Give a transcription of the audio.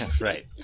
Right